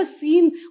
seen